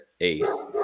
ace